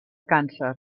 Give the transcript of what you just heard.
càncer